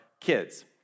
kids